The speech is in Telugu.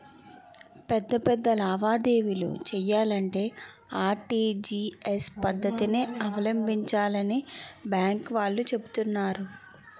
పెద్ద పెద్ద లావాదేవీలు చెయ్యాలంటే ఆర్.టి.జి.ఎస్ పద్దతినే అవలంబించాలని బాంకు వాళ్ళు చెబుతున్నారు